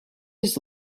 his